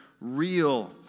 real